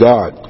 God